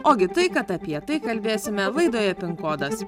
ogi tai kad apie tai kalbėsime laidoje pin kodas